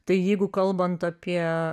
tai jeigu kalbant apie